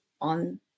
on